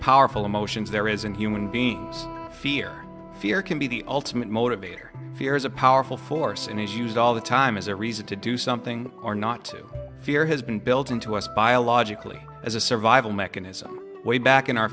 powerful emotions there is in human beings fear fear can be the ultimate motivator fear is a powerful force in issues all the time as a reason to do something or not to fear has been built into us biologically as a survival mechanism way back in our